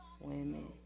women